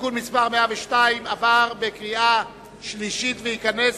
(תיקון מס' 102) התקבלה בקריאה שלישית ותיכנס